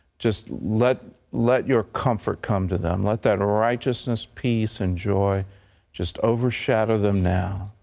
just let let your comfort come to them. let that righteousness, peace, and joy just overshadow them now.